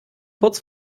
kurz